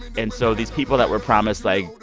and so these people that were promised, like,